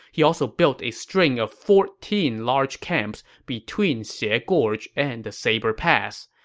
he also built a string of fourteen large camps between xie ah gorge and the saber pass.